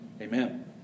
Amen